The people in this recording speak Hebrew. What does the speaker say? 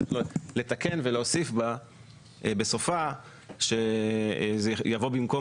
צריך לתקן ולהוסיף בסופה שזה יבוא במקום